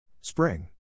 Spring